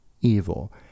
evil